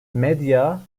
medya